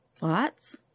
lots